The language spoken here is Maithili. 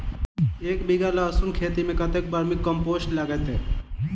एक बीघा लहसून खेती मे कतेक बर्मी कम्पोस्ट लागतै?